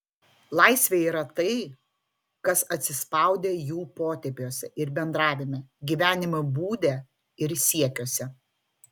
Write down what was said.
laisvė yra tai kas atsispaudę jų potėpiuose ir bendravime gyvenimo būde ir siekiuose